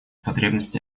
потребности